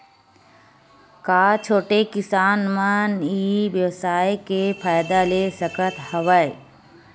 का छोटे किसान मन ई व्यवसाय के फ़ायदा ले सकत हवय?